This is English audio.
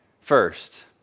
first